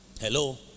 hello